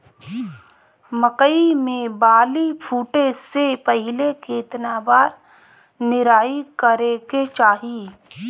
मकई मे बाली फूटे से पहिले केतना बार निराई करे के चाही?